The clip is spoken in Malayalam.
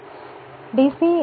കാര്യങ്ങൾ വളരെ ലളിതമാണ്